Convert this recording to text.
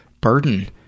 burden